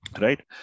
Right